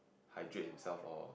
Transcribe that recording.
hydrate himself or